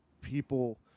people